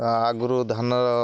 ଆଗରୁ ଧାନର